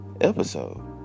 episode